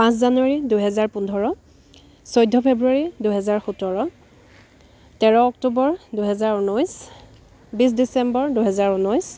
পাঁচ জানুৱাৰী দুহেজাৰ পোন্ধৰ চৈধ্য ফেব্ৰুৱাৰী দুহেজাৰ সোতৰ তেৰ অক্টোবৰ দুহেজাৰ ঊনৈছ বিছ ডিচেম্বৰ দুহেজাৰ ঊনৈছ